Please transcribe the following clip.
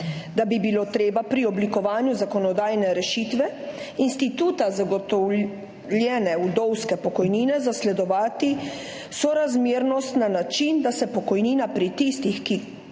da bi bilo treba pri oblikovanju zakonodajne rešitve instituta zagotovljene vdovske pokojnine zasledovati sorazmernost na način, da se pokojnina pri tistih,